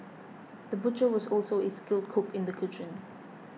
the butcher was also a skilled cook in the kitchen